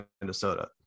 minnesota